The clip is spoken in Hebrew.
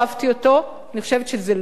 אני חושבת שזה לא היה נכון,